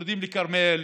יורדים לכרמל,